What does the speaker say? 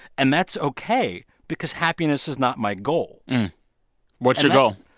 and that's ok because happiness is not my goal what's your goal?